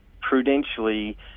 prudentially